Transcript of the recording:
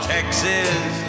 Texas